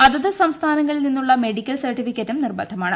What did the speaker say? അതത് സംസ്ഥാനങ്ങളിൽ നിന്നുള്ള മെഡിക്കൽ സർട്ടിഫിക്കറ്റും നിർബന്ധമാണ്